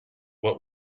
what